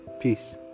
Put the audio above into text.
peace